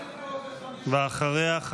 ואחריה,